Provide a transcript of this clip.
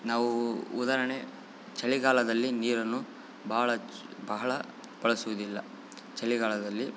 ನಾವು ಉದಾಹರ್ಣೆ ಚಳಿಗಾಲದಲ್ಲಿ ನೀರನ್ನು ಭಾಳ ಚು ಬಹಳ ಬಳಸುವುದಿಲ್ಲ ಚಳಿಗಾಲದಲ್ಲಿ